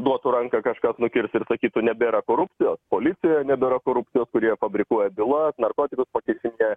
duotų ranką kažkas nukirst ir sakytų nebėra korupcijos policijoje nebėra korupcijos kurie fabrikuoja bylas narkotikus pakišinėja